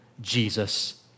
Jesus